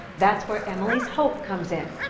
that's where emily's hope comes in.